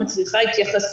מצריכה התייחסות.